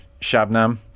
Shabnam